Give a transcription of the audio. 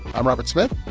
i'm robert smith.